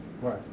Right